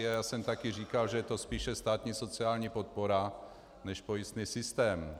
A já jsem také říkal, že je to spíše státní sociální podpora než pojistný systém.